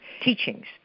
teachings